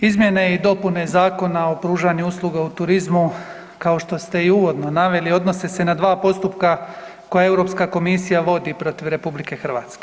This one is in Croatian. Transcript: Izmjene i dopune Zakona o pružanju usluga u turizmu kao što ste i uvodno naveli, odnose se na dva postupka koja Europska komisija vodi protiv RH.